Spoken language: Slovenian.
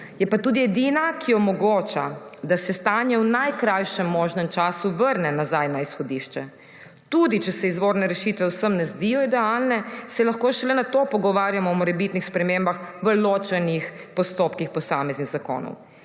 je pa tudi edina, ki omogoča, da se stanje v najkrajšem možnem času vrne nazaj na izhodišče. Tudi če se izvorne rešitve vsem ne zdijo idealne, se lahko šele nato pogovarjamo o morebitnih spremembah v ločenih postopkih posameznih zakonov.